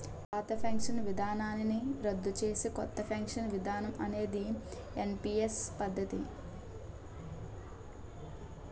పాత పెన్షన్ విధానాన్ని రద్దు చేసి కొత్త పెన్షన్ విధానం అనేది ఎన్పీఎస్ పద్ధతి